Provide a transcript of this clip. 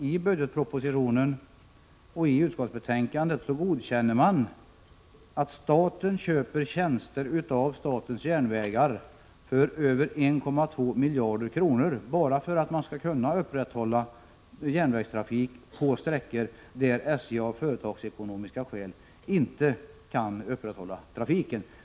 I budgetpropositionen och i utskottsbetänkandet godkänner man att staten köper tjänster av statens järnvägar för över 1,2 miljarder kronor, bara för att järnvägstrafiken skall upprätthållas på sträckor där SJ av företagsekonomiska skäl inte kan upprätthålla trafiken annars.